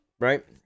right